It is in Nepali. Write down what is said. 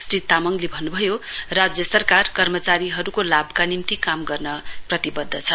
श्री तामाङले भन्नुभयो राज्य सरकार कर्मचारीहरूको लाभका निम्ति काम गर्न प्रतिबद्ध छ